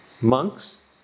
Monks